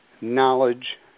knowledge